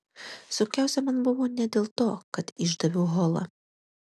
sunkiausia man buvo ne dėl to kad išdaviau holą